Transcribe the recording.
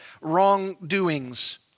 wrongdoings